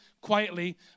quietly